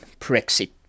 Brexit